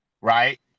right